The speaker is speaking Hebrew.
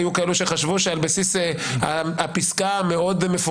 היו כאלו שחשבו שעל בסיס הפסקה המאוד-מפורשת